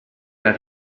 alla